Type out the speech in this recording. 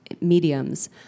mediums